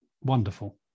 wonderful